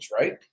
right